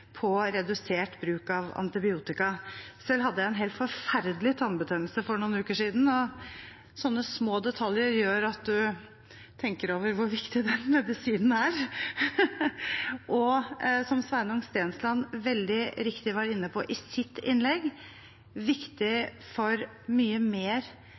på redusert bruk av antibiotika. Selv hadde jeg en helt forferdelig tannbetennelse for noen uker siden, og sånne små detaljer gjør at man tenker over hvor viktig den medisinen er. Som Sveinung Stensland veldig riktig var inne på i sitt innlegg, er det viktig for mye mer